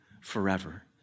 forever